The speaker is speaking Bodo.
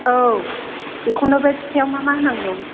औ बेखौनो बे फिथाआव मा मा होनांगौ